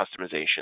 customization